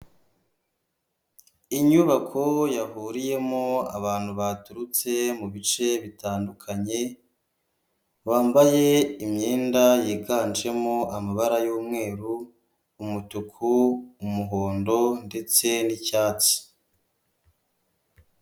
Inyubako yahuriyemo abantu baturutse mu bice bitandukanye, bambaye imyenda yiganjemo amabara y'umweru, umutuku, umuhondo ndetse n'icyatsi.